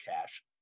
cash